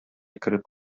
кереп